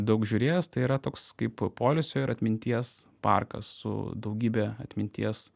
daug žiūrėjęs tai yra toks kaip poilsio ir atminties parkas su daugybe atminties